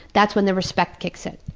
that's when the respect kicks in.